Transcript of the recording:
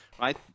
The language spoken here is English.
right